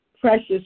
precious